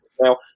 now